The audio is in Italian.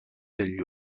degli